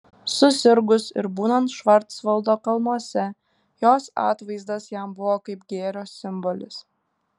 susirgus ir būnant švarcvaldo kalnuose jos atvaizdas jam buvo kaip gėrio simbolis